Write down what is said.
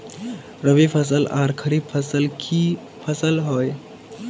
रवि फसल आर खरीफ फसल की फसल होय?